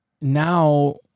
now